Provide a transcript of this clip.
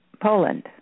Poland